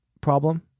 problem